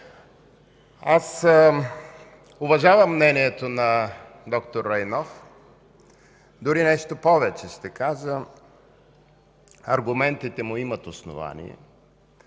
уважавам мнението на д-р Райнов, дори нещо повече ще кажа – аргументите му имат основание.